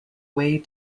way